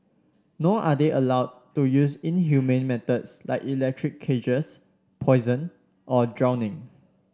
nor are they allowed to use inhumane methods like electric cages poison or drowning